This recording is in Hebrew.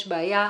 יש בעיה.